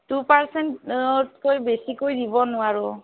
two পাৰ্চেণ্টতকৈ বেছিকৈ দিব নোৱাৰোঁ